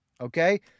Okay